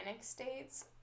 states